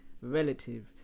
relative